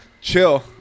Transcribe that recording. chill